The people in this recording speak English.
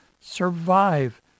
survive